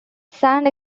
sand